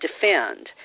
defend